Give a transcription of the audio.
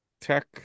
tech